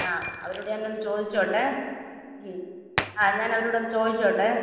ആ അവരോട് ഞാനൊന്ന് ചോദിച്ചോട്ടെ ഉം ആ ഞാൻ അവരോടൊന്ന് ചോദിച്ചോട്ടെ